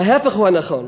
ההפך הוא הנכון,